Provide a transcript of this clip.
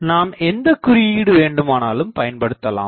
நாம் எந்தக் குறியீடு வேண்டுமானாலும் பயன்படுத்தலாம்